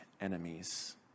enemies